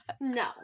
No